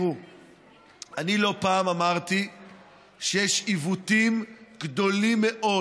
לא פעם אמרתי שיש עיוותים גדולים מאוד